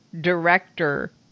director